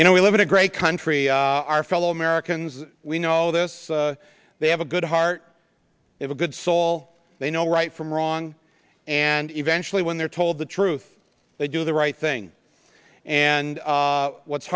you know we live in a great country our fellow americans we know this they have a good heart of a good soul they know right from wrong and eventually when they're told the truth they do the right thing and what's